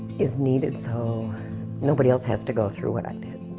is needed so nobody else has to go through what i did.